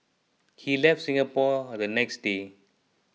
he left Singapore the next day